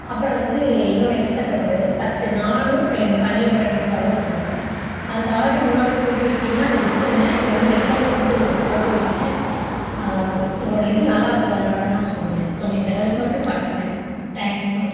அப்புறம் வந்து இன்னோன்று எக்ஸ்ட்டா தேவைப்படுது பத்து நானும் ரெண்டு பன்னீர் பட்டர் மசாலாவும் கொடுங்க அந்த ஆடர் முன்னாடி போட்டு விட்டுட்டிங்கன்னா அதை விட்டுருங்க இதை வந்து ரிட்டன் வந்து போட்டு விடுங்க அவங்க உங்களோடய இது நல்லாயிருக்கும் அதனால் தான் நான் சொன்னேன் கொஞ்சம் இந்த ஹெல்ப் மட்டும் பண்ணுங்கள் தேங்க்ஸ்ண்ணா